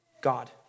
God